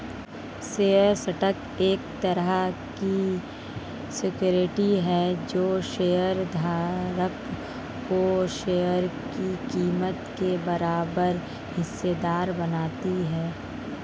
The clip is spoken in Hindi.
शेयर स्टॉक एक तरह की सिक्योरिटी है जो शेयर धारक को शेयर की कीमत के बराबर हिस्सेदार बनाती है